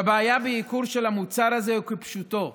שהבעיה בייקור של המוצר הזה היא כפשוטו,